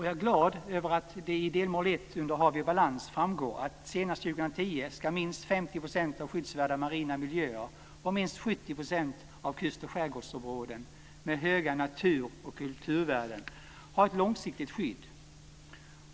Jag är glad över att det av delmål 1 under Hav i balans framgår att senast 2010 ska minst 50 % av skyddsvärda marina miljöer och minst 70 % av kustoch skärgårdsområden med höga natur och kulturvärden ha ett långsiktigt skydd.